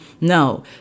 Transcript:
No